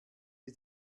die